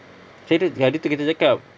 saya dah hari tu dah cakap